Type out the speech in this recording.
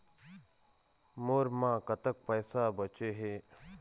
मोर म कतक पैसा बचे हे?